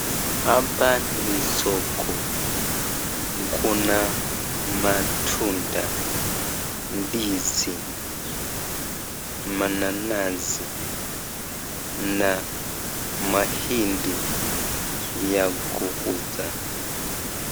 Hapa ni soko, kuna matunda ,ndizi ,mananasi na mahindi ya kuuza.